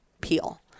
peel